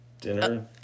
dinner